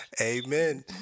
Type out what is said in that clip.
Amen